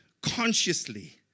consciously